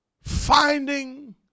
finding